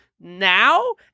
now